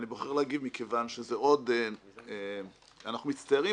אני בוחר להגיב מכיוון שאנחנו מצטיירים